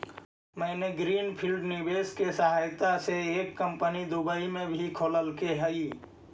मैंने green field निवेश के सहायता से एक कंपनी दुबई में भी खोल लेके हइ